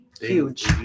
Huge